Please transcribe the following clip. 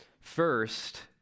First